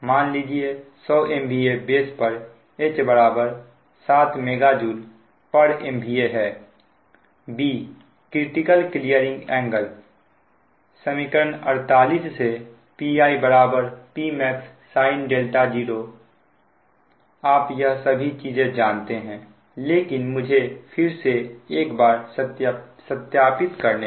मान लीजिए 100 MVA base पर H बराबर 7 MJMVA है क्रिटिकल क्लीयरिंग एंगल समीकरण 48 से Pi Pmax sin 0 आप यह सभी चीजें जानते हैं लेकिन मुझे फिर से एक बार सत्यापित करने दे